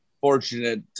fortunate